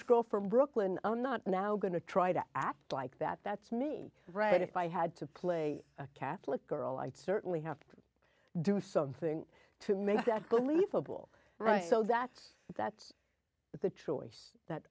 girl from brooklyn i'm not now going to try to act like that that's me right if i had to play a catholic girl i'd certainly have to do something to make that good leave of all right so that's that's the choice that